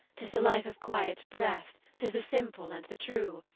tis the life of quiet breath, tis the simple and the true,